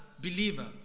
believer